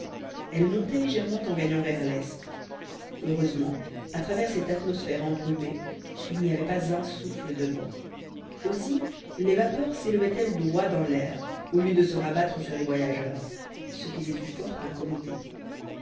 elle montait légèrement en gagnant vers l'est heureusement à travers cette atmosphère embrumée il n'y avait pas un souffle de vent aussi les vapeurs sélevaient elles droit dans l'air au lieu de se rabattre sur les voyageurs ce qui les eût fort